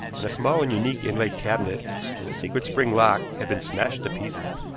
and a small and unique inlaid cabinet with a secret spring lock had been smashed to pieces.